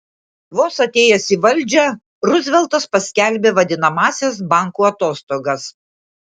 vos atėjęs į valdžią ruzveltas paskelbė vadinamąsias bankų atostogas